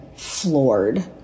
floored